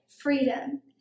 freedom